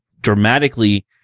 dramatically